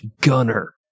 gunner